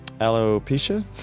Alopecia